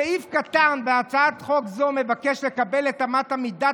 סעיף קטן (א) בהצעת חוק זו מבקש לקבע את אמת המידה